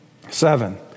seven